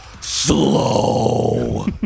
Slow